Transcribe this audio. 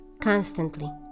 constantly